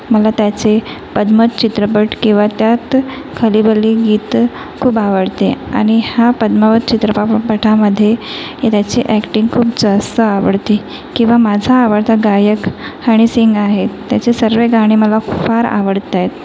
मला त्याचे पद्मत चित्रपट किंवा त्यात खलीबली गीत खूप आवडते आणि हा पद्मावत चित्रपापपटामध्ये ही त्याची अॅक्टिंग खूप जास्त आवडते किंवा माझा आवडता गायक हनीसिंग आहे त्याचे सर्व गाणे मला फार आवडतायत